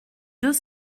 deux